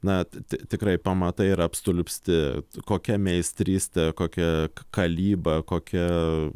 na tikrai pamatai ir apstulbsti kokia meistrystė kokia kalyba kokia